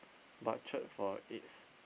butchered for its